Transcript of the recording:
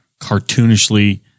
cartoonishly